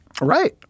Right